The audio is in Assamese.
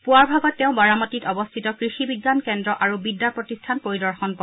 পুৱাৰ ভাগত তেওঁ বাৰামাতীত অৱস্থিত কৃষি বিজ্ঞান কেন্দ্ৰ আৰু বিদ্যা প্ৰতিষ্ঠান পৰিদৰ্শন কৰে